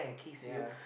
ya